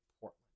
Portland